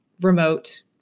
remote